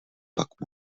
pak